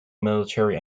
military